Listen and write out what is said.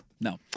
no